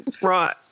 Right